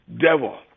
devil